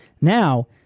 now